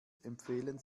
empfehlen